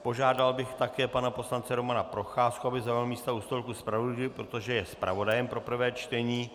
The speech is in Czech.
Požádal bych také pana poslance Romana Procházku, aby zaujal místa u stolku zpravodajů, protože je zpravodajem pro prvé čtení.